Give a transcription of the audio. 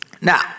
Now